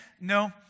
No